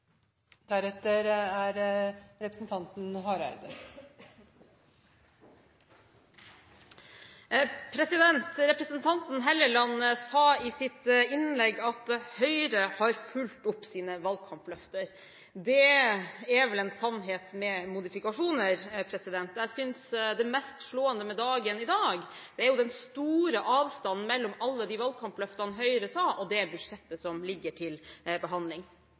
blir replikkordskifte. Representanten Helleland sa i sitt innlegg at Høyre har fulgt opp sine valgkampløfter. Det er vel en sannhet med modifikasjoner. Det mest slående med dagen i dag er jo den store avstanden mellom alle de valgkampløftene som Høyre kom med, og det budsjettet som ligger til behandling.